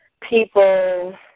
people